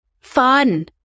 fun